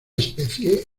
especie